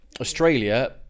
Australia